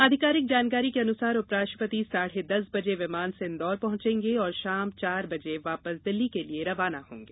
आधिकारिक जानकारी के अनुसार उप्राष्ट्रपति साढ़े दस बजे विमान से इन्दौर पहुँचेंगे और शाम चार बजे वापस दिल्ली के लिए रवाना होंगे